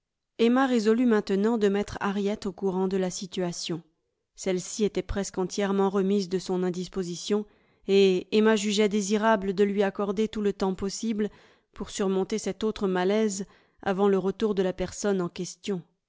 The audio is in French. emma résolut maintenant de mettre harriet au courant de la situation celle-ci était presque entièrement remise de son indisposition et emma jugeait désirable de lui accorder tout le temps possible pour surmonter cet autre malaise avant le retour de la personne en question